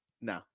No